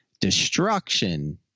destruction